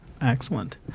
Excellent